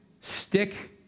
stick